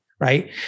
right